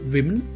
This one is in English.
Women